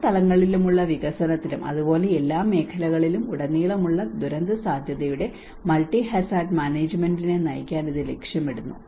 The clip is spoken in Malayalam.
എല്ലാ തലങ്ങളിലുമുള്ള വികസനത്തിലും അതുപോലെ എല്ലാ മേഖലകളിലും ഉടനീളമുള്ള ദുരന്തസാധ്യതയുടെ മൾട്ടി ഹാസാർഡ് മാനേജ്മെന്റിനെ നയിക്കാൻ ഇത് ലക്ഷ്യമിടുന്നു